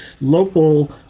local